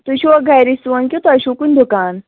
تُہۍ چھُوا گرے سُوان کِنہٕ تۄہہِ چھُو کُنہِ دُکان